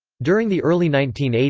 during the early nineteen eighty